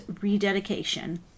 Rededication